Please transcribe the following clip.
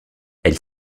elle